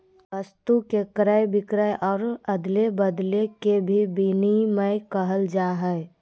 वस्तु के क्रय विक्रय और अदले बदले के भी विनिमय कहल जाय हइ